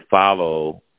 follow